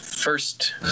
first